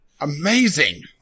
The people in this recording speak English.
Amazing